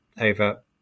over